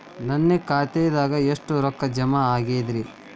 ನನ್ನ ಖಾತೆದಾಗ ಎಷ್ಟ ರೊಕ್ಕಾ ಜಮಾ ಆಗೇದ್ರಿ?